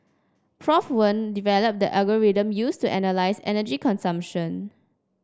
Prof Wen developed the algorithm used to analyse energy consumption